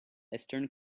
eastern